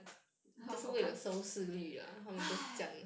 她好看